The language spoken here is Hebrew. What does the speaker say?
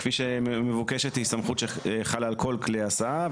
כפי שמבוקשת היא סמכות שחלה על כל כלי הסעה,